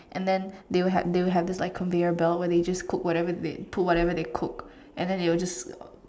and then they will have they will have this like conveyor belt where they just cook whatever they put whatever they cook and then they will just